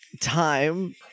time